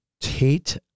tate